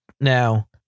Now